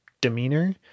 demeanor